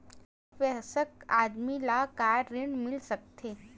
एक वयस्क आदमी ला का ऋण मिल सकथे?